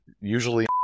usually